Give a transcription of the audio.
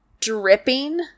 dripping